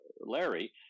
Larry